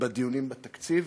ובדיוני התקציב.